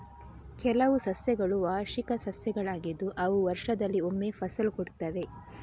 ಕೆಲವು ಸಸ್ಯಗಳು ವಾರ್ಷಿಕ ಸಸ್ಯಗಳಾಗಿದ್ದು ಅವು ವರ್ಷದಲ್ಲಿ ಒಮ್ಮೆ ಫಸಲು ಕೊಡ್ತವೆ